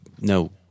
no